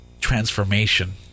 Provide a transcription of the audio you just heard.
transformation